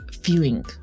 feeling